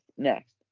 Next